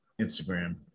Instagram